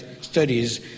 Studies